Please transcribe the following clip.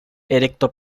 erecto